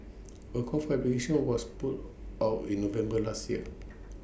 A call for applications was put out in November last year